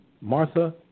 Martha